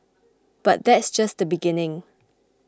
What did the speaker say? but that's just the beginning